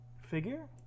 figure